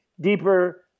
deeper